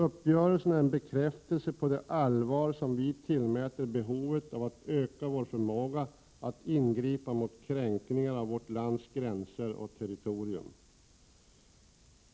Uppgörelsen är en bekräftelse på det allvar som vi tillmäter behovet av att öka vår förmåga att ingripa mot kränkningar av vårt lands gränser och territorium.